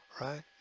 right